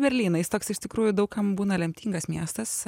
berlyną jis toks iš tikrųjų daug kam būna lemtingas miestas